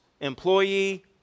employee